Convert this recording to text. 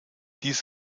dies